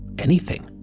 anything.